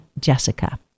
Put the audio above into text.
Jessica